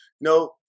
No